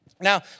Now